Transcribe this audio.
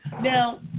Now